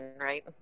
right